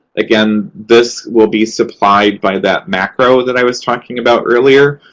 again, this will be supplied by that macro that i was talking about earlier.